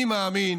אני מאמין